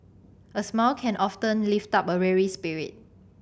a smile can often lift up a weary spirit